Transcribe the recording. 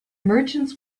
merchants